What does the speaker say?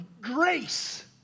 grace